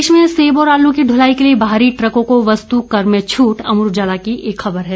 प्रदेश में सेब और आलू की दुलाई के लिए बाहरी ट्रकों को वस्तु कर में छूट अमर उजाला की एक खबर है